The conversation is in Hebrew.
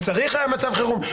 וצריך היה מצב חירום.